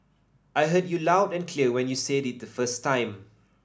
I heard you loud and clear when you said it the first time